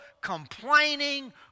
complaining